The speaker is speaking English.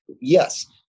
Yes